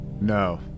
No